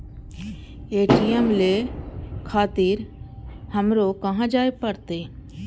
ATM ले खातिर हमरो कहाँ जाए परतें?